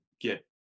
get